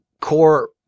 core